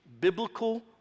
biblical